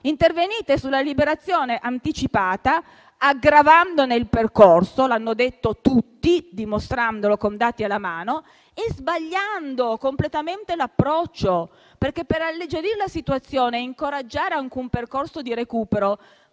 Intervenite sulla liberazione anticipata, aggravandone il percorso - l'hanno detto tutti, dimostrandolo con dati alla mano - e sbagliando completamente l'approccio. Per alleggerire, la situazione e incoraggiare anche un percorso di recupero,